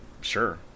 sure